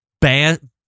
Ban